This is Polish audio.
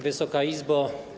Wysoka Izbo!